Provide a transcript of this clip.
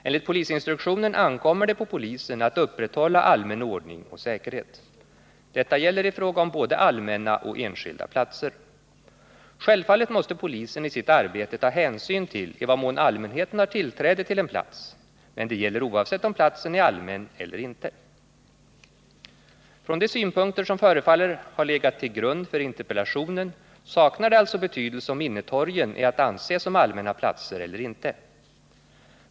Enligt polisinstruktionen ankommer det på polisen att upprätthålla allmän ordning och säkerhet. Detta gäller i fråga om både allmänna och enskilda platser. Självfallet måste polisen i sitt arbete ta hänsyn till i vad mån allmänheten har tillträde till en plats, men det gäller oavsett om platsen är allmän eller inte. Från de synpunkter som förefaller ha legat till grund för interpellationen saknar det alltså betydelse om innetorgen är att anse som allmänna platser eller inte.